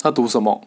他读什么